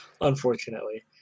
Unfortunately